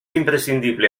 imprescindible